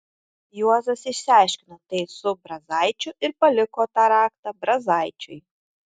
juozas išsiaiškino tai su brazaičiu ir paliko tą raktą brazaičiui